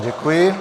Děkuji.